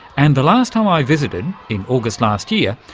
and the last time i visited, in august last year,